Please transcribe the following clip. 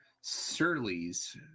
Surly's